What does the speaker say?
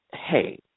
Hey